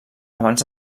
abans